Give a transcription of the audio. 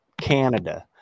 Canada